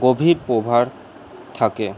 গভীর প্রভার থাকে